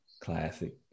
Classic